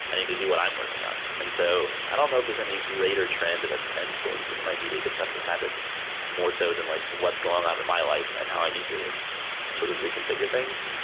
i need to do what i'm working on. and so i don't know if there's any greater trend that's influencing my media consumption habits more so than like what's going on in my life and how i need to to sort of reconfigure things.